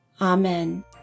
Amen